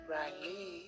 Riley